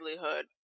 livelihood